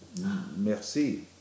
merci